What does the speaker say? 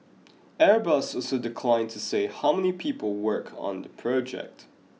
airbus also declined to say how many people work on the project